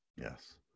Yes